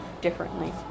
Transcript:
differently